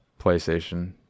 PlayStation